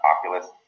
Oculus